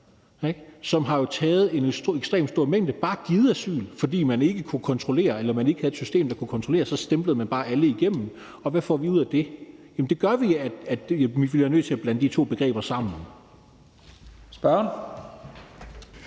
jo bare har givet en ekstremt stor mængde asyl. Fordi man ikke kunne kontrollere eller man ikke havde et system, der kunne kontrollere, så stemplede man bare alle igennem, og hvad får vi ud af det? Det gør, at vi bliver nødt til at blande de to begreber sammen. Kl.